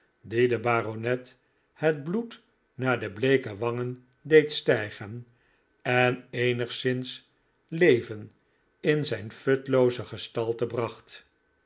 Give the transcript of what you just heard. die den baronet het bloed naar de bleeke wangen deed stijgen en eenigszins leven in zijn futlooze gestalte bracht